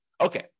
Okay